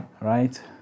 right